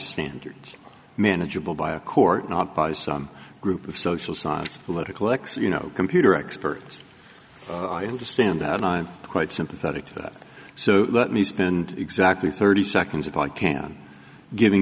standards manageable by a court not by some group of social science political x you know computer experts i understand that and i'm quite sympathetic to that so let me spend exactly thirty seconds if i can giving